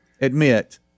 Admit